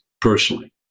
personally